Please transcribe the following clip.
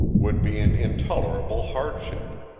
would be an intolerable hardship.